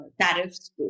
tariffs